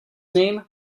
name